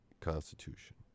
Constitution